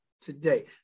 today